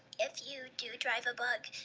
if you do drive a bug,